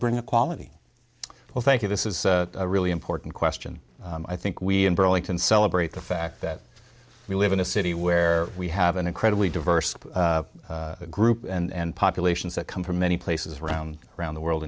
bring equality well thank you this is a really important question i think we in burlington celebrate the fact that we live in a city where we have an incredibly diverse group and populations that come from many places around around the world